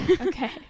okay